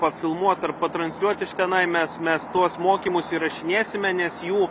pafilmuot ar patransliuot iš tenai mes mes tuos mokymus įrašinėsime nes jų